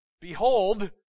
Behold